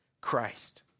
Christ